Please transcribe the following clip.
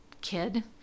kid